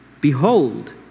Behold